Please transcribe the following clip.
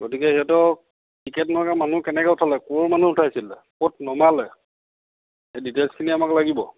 গতিকে সিহঁতক টিকেট নোহোৱাকৈ মানুহ কেনেকৈ উঠালে ক'ৰ মানুহ উঠাইছিলে ক'ত নমালে সেই ডিটেল্ছখিনি আমাক লাগিব